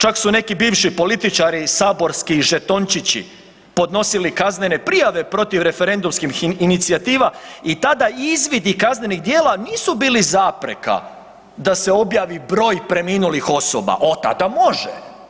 Čak su neki bivši političari, saborski žetončići podnosili kaznene prijave protiv referendumskih inicijativa i tada izvidi kaznenih djela nisu bili zapreka da se objavi broj preminulih osoba, o tada može.